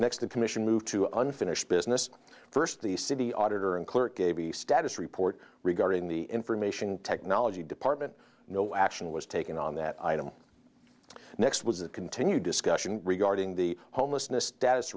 next the commission moved to unfinished business first the city auditor and clerk gave the status report regarding the information technology department no action was taken on that item next was a continued discussion regarding the homelessness status